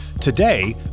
Today